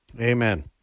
Amen